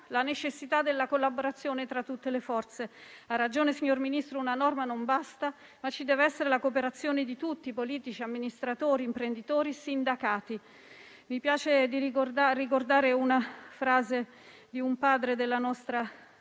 la necessità della collaborazione tra tutte le forze. Ha ragione, signor Ministro, nel dire che una norma non basta, ma ci deve essere la cooperazione di tutti: politici, amministratori, imprenditori e sindacati. Mi piace ricordare una frase di Enrico Berlinguer,